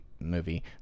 movie